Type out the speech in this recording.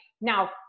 Now